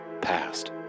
Past